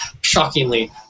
shockingly